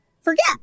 forget